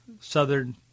Southern